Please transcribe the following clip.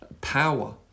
power